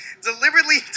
deliberately